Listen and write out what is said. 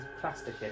plastic